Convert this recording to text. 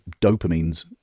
dopamine's